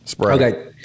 Okay